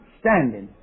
standing